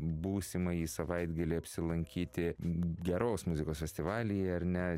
būsimąjį savaitgalį apsilankyti geros muzikos festivalyje ar ne